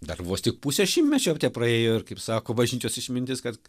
dar vos tik pusė šimtmečio tepraėjo ir kaip sako bažnyčios išmintis kad